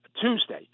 Tuesday